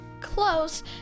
Close